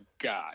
God